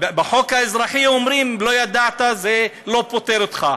בחוק האזרחי אומרים: לא ידעת, זה לא פוטר אותך.